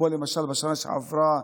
כמו בשנה עברה,